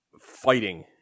fighting